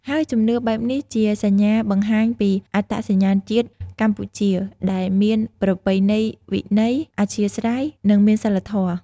ហើយជំនឿបែបនេះជាសញ្ញាបង្ហាញពីអត្តសញ្ញាណជាតិកម្ពុជាដែលមានប្រពៃណីវិន័យ អធ្យាស្រ័យ និងមានសីលធម៌។